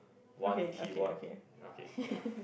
one keyboard okay ya